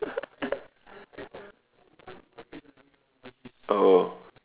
oh